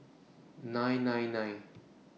nine nine nine